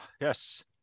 Yes